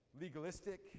legalistic